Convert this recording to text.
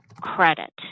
credit